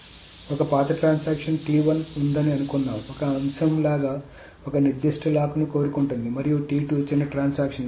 కాబట్టి ఒక పాత ట్రాన్సాక్షన్ ఉందని అనుకుందాం ఒక అంశం లాగా ఒక నిర్దిష్ట లాక్ను కోరుకుంటుంది మరియు చిన్న ట్రాన్సాక్షన్